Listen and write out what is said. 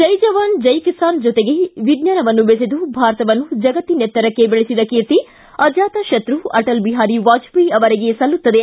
ಜೈ ಜವಾನ್ ಜೈ ಕಿಸಾನ್ ಜೊತೆಗೆ ವಿಜ್ಞಾನವನ್ನು ಬೆಸೆದು ಭಾರತವನ್ನು ಜಗತ್ತಿನೆತ್ತರಕ್ಕೆ ಬೆಳೆಸಿದ ಕೀರ್ತಿ ಅಜಾತ ಶತ್ರು ಅಟಲ್ ಬಿಹಾರಿ ವಾಜಪೇಯಿಯವರಿಗೆ ಸಲ್ಲುತ್ತದೆ